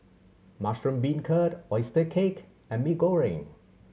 mushroom beancurd oyster cake and Mee Goreng